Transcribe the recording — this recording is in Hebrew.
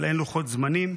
אבל אין לוחות זמנים,